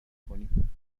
کنیم